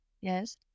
Yes